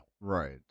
Right